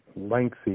lengthy